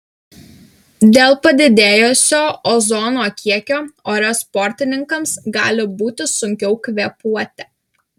dėl padidėjusio ozono kiekio ore sportininkams gali būti sunkiau kvėpuoti